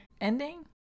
ending